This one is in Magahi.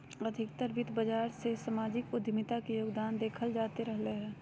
अधिकतर वित्त बाजार मे सामाजिक उद्यमिता के योगदान देखल जाते रहलय हें